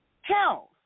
health